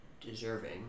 deserving